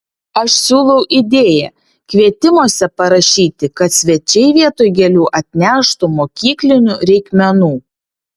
aš siūlau idėją kvietimuose parašyti kad svečiai vietoj gėlių atneštų mokyklinių reikmenų